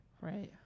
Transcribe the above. Right